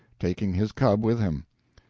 taking his cub with him.